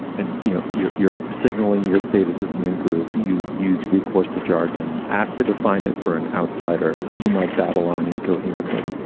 and, you know, you're signaling your status as an in-group. you use recourse to jargon asked to define it for an outsider. you might babble on incoherently.